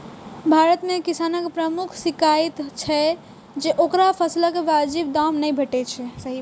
भारत मे किसानक प्रमुख शिकाइत छै जे ओकरा फसलक वाजिब दाम नै भेटै छै